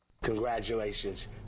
Congratulations